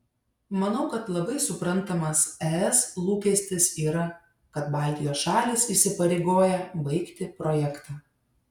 manau kad labai suprantamas es lūkestis yra kad baltijos šalys įsipareigoja baigti projektą